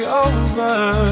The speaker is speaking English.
over